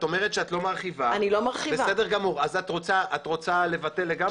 אז את רוצה לבטל לגמרי?